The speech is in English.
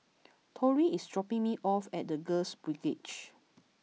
Tory is dropping me off at The Girls Brigade